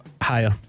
Higher